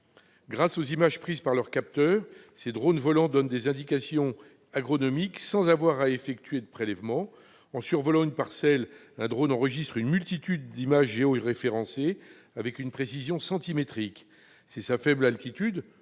Grâce aux images prises par leur capteur, ces drones volants donnent des indications agronomiques, sans qu'il soit besoin d'effectuer de prélèvements. En survolant une parcelle, un drone enregistre une multitude d'images géoréférencées avec une précision centimétrique. C'est sa faible altitude-